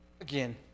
again